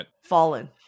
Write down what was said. Fallen